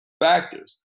factors